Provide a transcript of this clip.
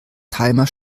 timer